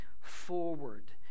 forward